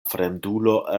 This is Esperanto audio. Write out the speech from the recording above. fremdulo